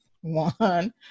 one